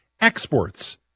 exports